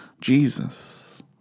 Jesus